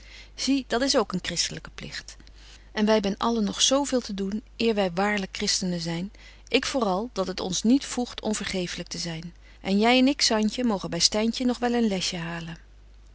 zie dat is ook een christelyke pligt en wy betje wolff en aagje deken historie van mejuffrouw sara burgerhart hebben allen nog zo veel te doen eer wy waarlyk christenen zyn ik voor al dat het ons niet voegt onvergeeflyk te zyn en jy en ik zantje mogen by styntje nog wel een lesje halen